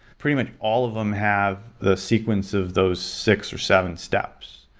pretty much, all of them have the sequence of those six or seven steps.